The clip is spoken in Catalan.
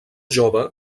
jove